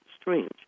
strange